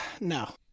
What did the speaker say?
No